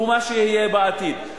הוא מה שיהיה בעתיד.